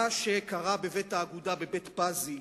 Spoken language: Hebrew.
מה שקרה בבית האגודה, בבית-פזי,